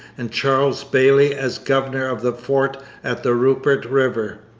and charles bayly as governor of the fort at the rupert river.